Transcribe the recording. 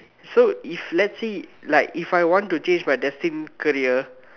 so if let's say like if I want to change my destined career